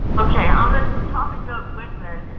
okay on the topic of whitman,